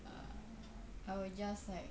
err I will just like